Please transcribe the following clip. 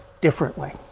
differently